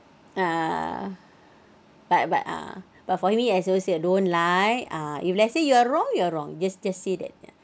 ah but but ah but for me I always say don't lie ah if let's say you are wrong you are wrong just just say that